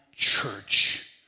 Church